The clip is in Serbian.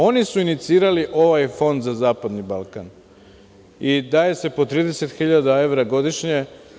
Oni su inicirali ovaj Fond za zapadni Balkan i daje se po 30 hiljada evra godišnje.